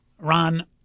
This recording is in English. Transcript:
Ron